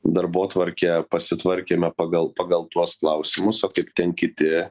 darbotvarkę pasitvarkėme pagal pagal tuos klausimus o kaip ten kiti